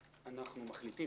מה זה מלמד אותנו?